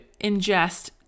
ingest